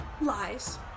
lies